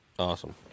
awesome